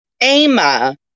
Emma